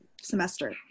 semester